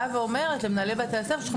באה ואומרת למנהלי בתי-הספר יש לכם